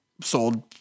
sold